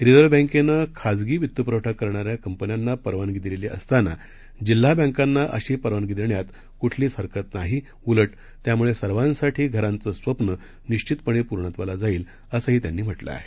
रिझर्व्हबँकेनंखाजगीवित्तपुरवठाकरणाऱ्याकंपन्यांनापरवानगीदिलेलीअसतानाजिल्हाबँकांनाअशीपरवानगीदेण्यातकुठलीचहरकतनाही उलटत्यामुळेसर्वांसाठीघरांचंस्वप्ननिश्चितपणेपूर्णत्त्वालाजाईल असंहीत्यांनीम्हटलंआहे